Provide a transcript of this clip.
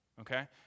okay